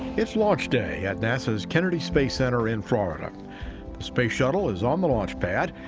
it's launch day at nasa's kennedy space center in florida. the space shuttle is on the launch pad,